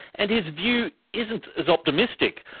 and his view isn't as optimistic.